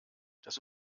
das